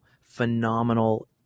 phenomenal